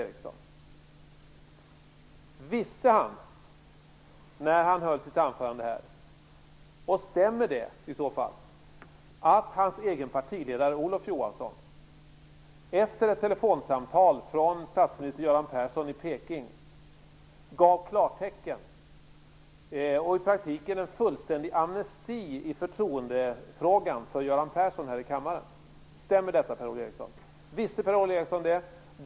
Visste Per-Ola Eriksson, när han höll sitt anförande, att hans egen partiledare Olof Johansson efter ett telefonsamtal från statsminister Göran Persson i Peking gav klartecken och i praktiken fullständig amnesti för Göran Persson i förtoendefrågan här i kammaren? Stämmer det i så fall? Visste Per-Ola Eriksson detta?